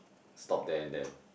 stop there and then